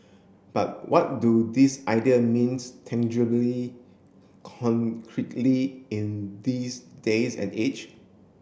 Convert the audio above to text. but what do these idea means tangibly concretely in this days and age